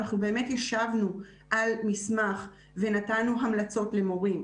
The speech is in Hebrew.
אנחנו באמת ישבנו על מסמך ונתנו המלצות למורים.